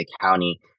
County